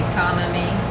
Economy